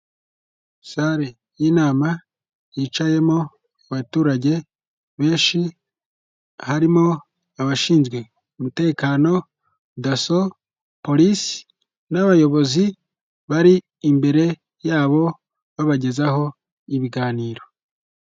sale y'inama yicayemo abaturage benshi, harimo abashinzwe umutekano daso, polise n'abayobozi bari imbere yabo babagezaho ibiganiro.